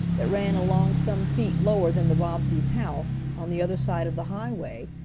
that ran along some feet lower than the bobbseys' house, on the other side of the highway,